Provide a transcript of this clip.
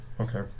Okay